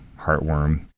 heartworm